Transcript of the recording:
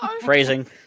Phrasing